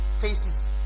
faces